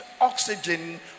oxygen